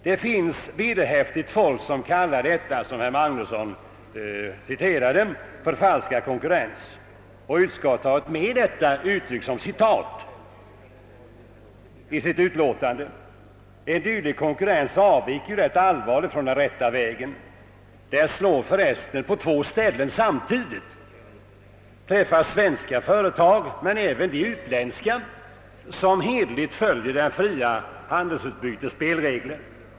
Det finns vederhäftigt folk som kallar detta förfalskad konkurrens, och utskottet har tagit med detta uttryck i sitt utlåtande. En dylik konkurrens avviker ganska allvarligt från den rätta vägen. Den slår för övrigt på två ställen samtidigt — den drabbar svenska företag men även de utländska som hederligt följer det fria handelsutbytets spelregler.